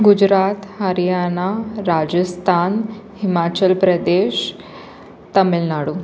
Gujarat Haryana Rajasthan Himachal Pradesh Tamil Nadu